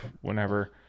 whenever